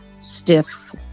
stiff